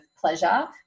pleasure